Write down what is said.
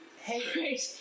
Hey